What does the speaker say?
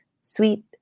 sweet